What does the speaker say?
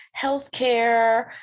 healthcare